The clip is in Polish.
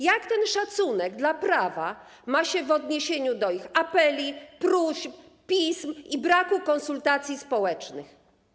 Jak ten szacunek dla prawa ma się w odniesieniu do ich apeli, próśb, pism i braku konsultacji społecznych?